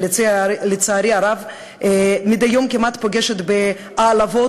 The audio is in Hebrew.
שלצערי הרב מדי יום כמעט פוגשת בהעלבות